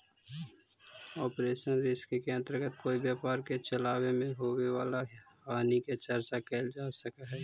operational risk के अंतर्गत कोई व्यापार के चलावे में होवे वाला हानि के चर्चा कैल जा सकऽ हई